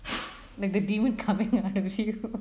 like the demon coming after you